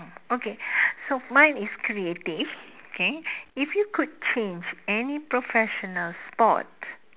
okay so mine is creative okay if you could change any professional sport